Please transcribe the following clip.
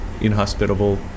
inhospitable